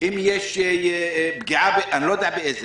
אם יש פגיעה אני לא יודע איזה,